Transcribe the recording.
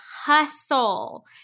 hustle